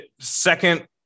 second